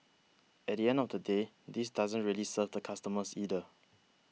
at the end of the day this doesn't really serve the customers either